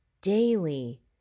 daily